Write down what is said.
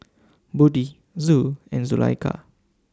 Budi Zul and Zulaikha